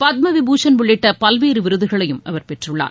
பத்மவிபூஷன் உள்ளிட்ட பல்வேறு விருதுகளையும் அவர் பெற்றுள்ளார்